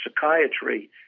psychiatry